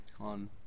On